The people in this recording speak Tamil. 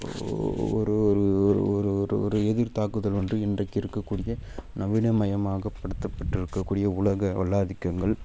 ஓ ஒரு ஒரு ஒரு ஒரு ஒரு ஒரு எதிர் தாக்குதல் ஒன்று இன்றைக்கு இருக்கக்கூடிய நவீனமயமாகப்படுத்தப்பட்டிருக்கக் கூடிய உலக வல்லாதிக்கங்கள்